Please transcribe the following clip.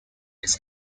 its